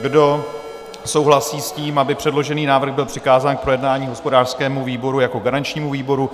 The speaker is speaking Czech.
Kdo souhlasí s tím, aby předložený návrh byl přikázán k projednání hospodářskému výboru jako garančnímu výboru?